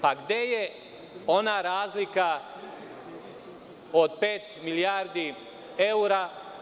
Pa, gde je ona razlika od pet milijardi evra?